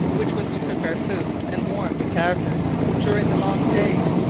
which was to cook our food and warm the cavern during the long days,